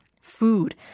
food